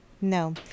No